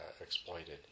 exploited